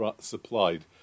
supplied